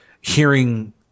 hearing